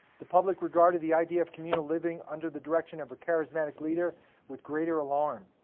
the public regarded the idea of communal living under the direction of a charismatic leader with greater alarm.